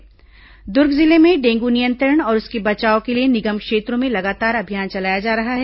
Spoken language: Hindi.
दुर्ग डेंगू बचाव दुर्ग जिले में डेंगू नियंत्रण और उससे बचाव के लिए निगम क्षेत्रों में लगातार अभियान चलाया जा रहा है